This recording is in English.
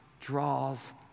draws